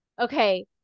okay